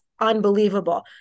unbelievable